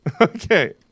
Okay